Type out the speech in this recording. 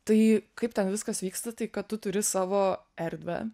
tai kaip ten viskas vyksta tai kad tu turi savo erdvę